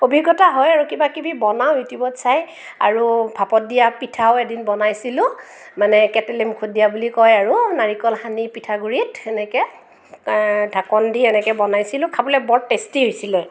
অভিজ্ঞতা হয় আৰু কিবাকিবি বনাওঁ ইউটিউবত চাই আৰু ভাপত দিয়া পিঠাও এদিন বনাইছিলোঁ মানে কেটলি মুখত দিয়া বুলি কয় আৰু নাৰিকল সানি পিঠাগুৰিত সেনেকৈ ঢাকন দি এনেকৈ বনাইছিলোঁ খাবলৈ বৰ টেষ্টি হৈছিলে